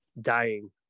dying